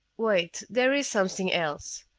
wait, there is something else.